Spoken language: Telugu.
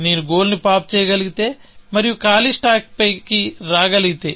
నేను గోల్ ని పాప్ చేయగలిగితే మరియు ఖాళీ స్టాక్ పైకి రాగలిగితే